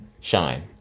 shine